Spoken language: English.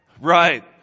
Right